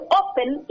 open